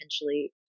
potentially